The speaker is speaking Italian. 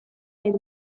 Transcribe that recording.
and